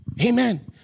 Amen